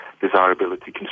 desirability